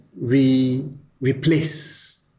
replace